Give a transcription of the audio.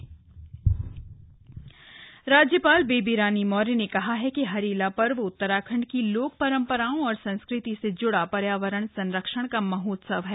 राज्यपाल हरेला राज्यपाल बेबी रानी मौर्य ने कहा है कि हरेला पर्व उत्तराखण्ड की लोक परम्पराओं और संस्कृति से जुड़ा पर्यावरण संरक्षण का महोत्सव है